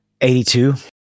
82